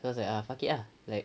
so I was like fuck it ah like